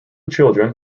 children